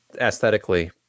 aesthetically